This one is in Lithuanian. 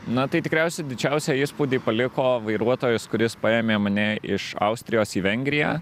na tai tikriausiai didžiausią įspūdį paliko vairuotojas kuris paėmė mane iš austrijos į vengriją